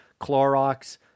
Clorox